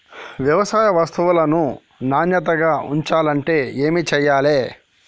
వ్యవసాయ వస్తువులను నాణ్యతగా ఉంచాలంటే ఏమి చెయ్యాలే?